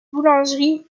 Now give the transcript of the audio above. boulangerie